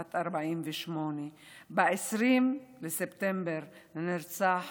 בת 48. ב-20 בספטמבר נרצח